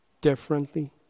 differently